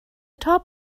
top